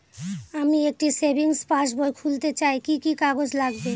আমি একটি savings passbook খুলতে চাই কি কি কাগজ লাগবে?